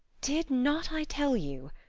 did not i tell you?